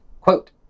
Quote